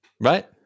Right